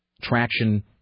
traction